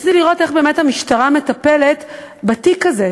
רציתי לראות איך באמת המשטרה מטפלת בתיק הזה,